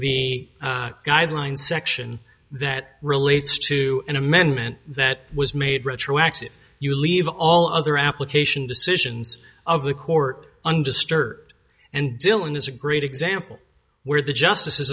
the guideline section that relates to an amendment that was made retroactive you leave all other application decisions of the court undisturbed and dillon is a great example where the justice